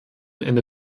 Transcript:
ende